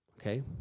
Okay